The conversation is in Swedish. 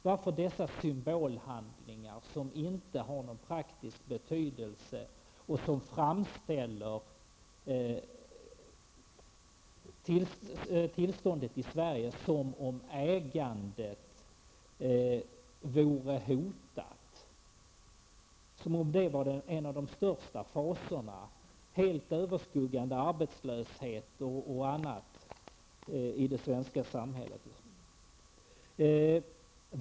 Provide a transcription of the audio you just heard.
Varför dessa symbolhandlingar, som inte har någon praktisk betydelse och som framställer tillståndet i Sverige som om ägandet vore hotat, som om det vore en av de största fasorna, helt överskuggande arbetslöshet och annat sådant i det svenska samhället?